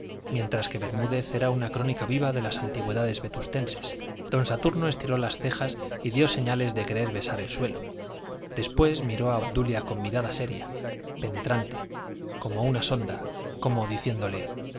mientras que bermúdez era una crónica viva de las antigüedades vetustenses don saturno estiró las cejas y dio señales de querer besar el suelo después miró a obdulia con mirada seria penetrante como con una sonda como diciéndole